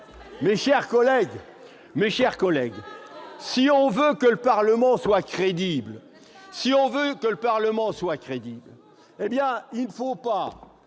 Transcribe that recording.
Mes chers collègues, si l'on veut que le Parlement soit crédible, il ne faut pas